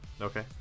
okay